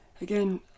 Again